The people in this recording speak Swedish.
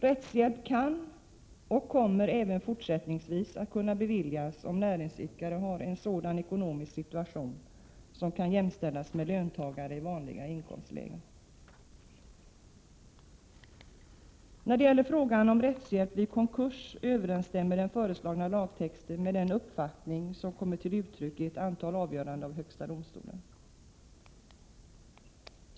Rättshjälp kan och kommer även fortsättningsvis att kunna beviljas, om näringsidkare har en sådan ekonomisk situation som kan jämställas med löntagare i vanliga inkomstlägen. När det gäller frågan om rättshjälp vid konkurs överensstämmer den föreslagna lagtexten med den uppfattning som har kommit till uttryck i ett antal avgöranden av högsta domstolen.